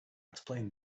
explained